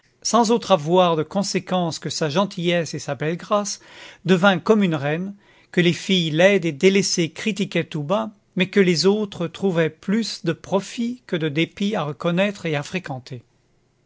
sans autre avoir de conséquence que sa gentillesse et sa belle grâce devint comme une reine que les filles laides et délaissées critiquaient tout bas mais que les autres trouvaient plus de profit que de dépit à reconnaître et à fréquenter